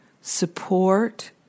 support